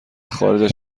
خارج